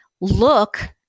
look